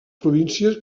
províncies